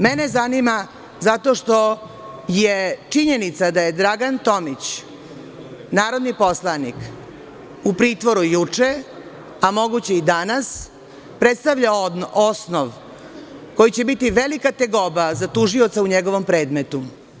Mene zanima zato što je činjenica da je Dragan Tomić, narodni poslanik u pritvoru juče, a moguće i danas, predstavlja osnov koji će biti velika tegoba za tužioca u njegovom predmetu.